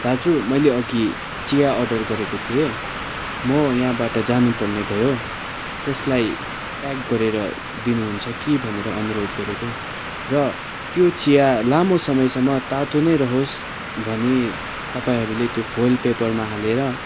दाजु मैले अघि चिया अर्डर गरेको थिएँ म यहाँबाट जानुपर्ने भयो त्यसलाई प्याक गरेर दिनुहुन्छ कि भनेर अनुरोध गरेको र त्यो चिया लामो समयसम्म तातो नै रहोस् भनी तपाईँहरूले त्यो फोइल पेपरमा हालेर